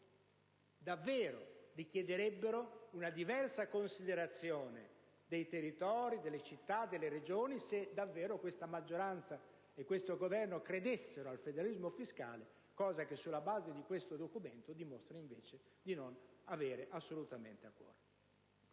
che davvero richiederebbero una diversa considerazione dei territori, delle città e delle Regioni, se davvero questa maggioranza e questo Governo credessero al federalismo fiscale, mentre, sulla base di questo documento, dimostrano di non averlo assolutamente a cuore.